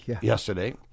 yesterday